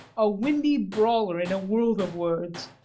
a windy brawler in a world of words.